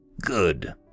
Good